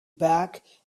back